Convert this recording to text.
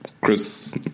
Chris